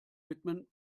widmen